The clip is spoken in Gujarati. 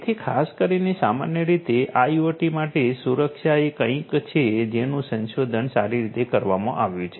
તેથી ખાસ કરીને સામાન્ય રીતે આઇઓટી માટે સુરક્ષા એ કંઈક છે જેનું સંશોધન સારી રીતે કરવામાં આવ્યું છે